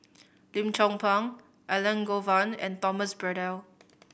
Lim Chong Pang Elangovan and Thomas Braddell